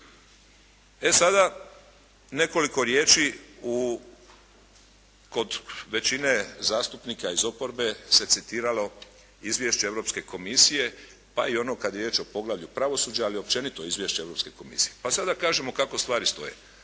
E sada, nekoliko riječi kod većine zastupnika iz oporbe se citiralo izvješće Europske komisije pa i ono kad je riječ o poglavlju pravosuđa ali općenito izvješće Europske komisije. Pa sad da kažemo kako stvari stoje.